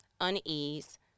unease